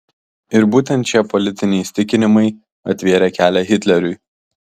ir būtent šie politiniai įsitikinimai atvėrė kelią hitleriui